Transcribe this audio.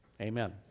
amen